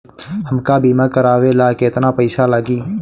हमका बीमा करावे ला केतना पईसा लागी?